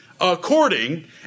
According